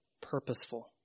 purposeful